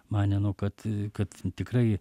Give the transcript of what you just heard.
manė kad kad tikrai